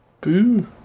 Boo